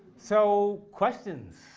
so questions?